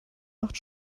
macht